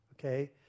okay